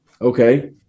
Okay